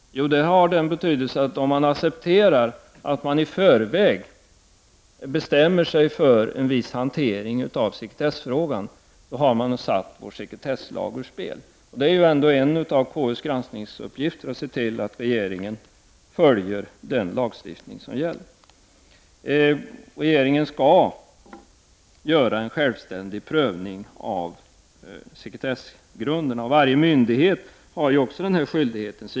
Jo, det har den betydelsen att om det accepteras att man i förväg bestämmer sig för en viss hantering av sekretessfrågan, då har man satt vår sekretesslag ur spel. Och en av KUs granskningsuppgifter är ju ändå att se till att regeringen följer den lagstiftning som gäller. Regeringen skall göra en självständig prövning av sekretessgrunderna. Varje myndighet har ju också denna skyldighet.